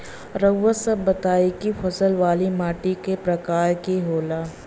रउआ सब बताई कि फसल वाली माटी क प्रकार के होला?